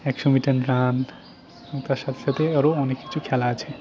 একশো metre run তার সাথে সাথে আরও অনেক কিছু খেলা আছে